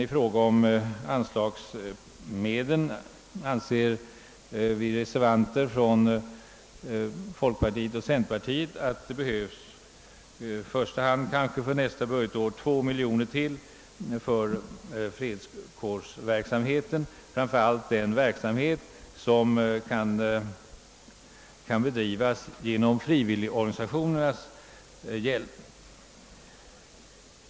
I fråga om anslaget anser vi reservanter från folkpartiet och centerpartiet att det i första hand för nästa budgetår behövs ytterligare 2 miljoner kronor = för = fredskårsverksamheten, framför allt den verksamhet som kan bedrivas med frivilligorganisationernas hjälp.